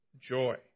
joy